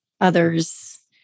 others